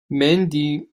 mandy